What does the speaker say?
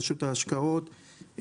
רשות ההשקעות,